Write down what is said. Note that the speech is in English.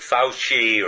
Fauci